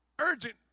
Urgent